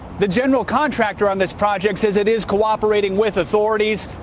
the general contractor on this project says it is cooperating with authorities.